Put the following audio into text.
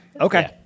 Okay